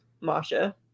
Masha